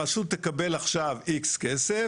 הרשות תקבל עכשיו X כסף,